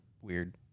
weird